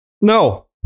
No